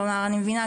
כלומר אני מבינה,